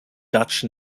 dutch